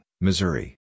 Missouri